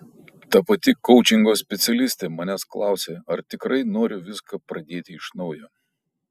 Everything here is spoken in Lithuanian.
ta pati koučingo specialistė manęs klausė ar tikrai noriu viską pradėti iš naujo